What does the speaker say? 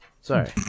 Sorry